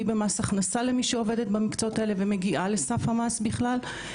במס הכנסה למי שעובדת ומגיעה לסך המס בכלל,